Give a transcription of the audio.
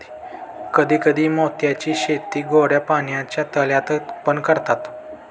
कधी कधी मोत्यांची शेती गोड्या पाण्याच्या तळ्यात पण करतात